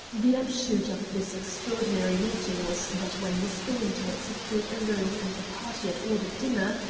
the upshot of this extraordinary meeting was that when mr. winter had secured a room and the party had ordered dinner,